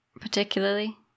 particularly